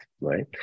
right